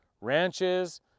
ranches